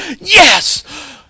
yes